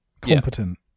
Competent